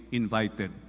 invited